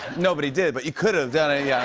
nobody did, but you could have done it. yeah